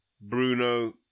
Bruno